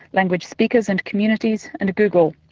language speakers and communities and google.